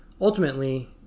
ultimately